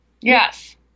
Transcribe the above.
Yes